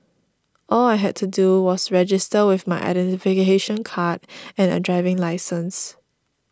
all I had to do was register with my identification card and a driving licence